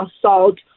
assault